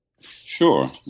Sure